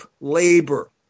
labor